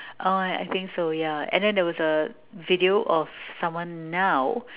orh I I think so ya and then there's a video of someone now